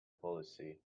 policy